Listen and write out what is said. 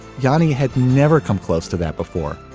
johnny had never come close to that before.